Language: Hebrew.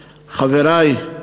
חברי,